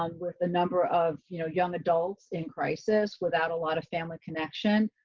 um with the number of you know young adults in crisis without a lot of family connection.